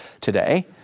today